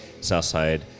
Southside